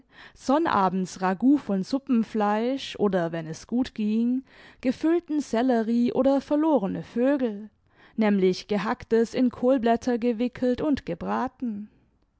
sonnabends ragout von suppenfleisch oder wenn es gut ging gefüllten sellerie oder verlorene vögel nämlich gehacktes in kohlblätter gewickelt und gebraten